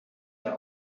der